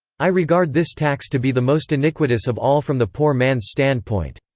i regard this tax to be the most iniquitous of all from the poor man's standpoint.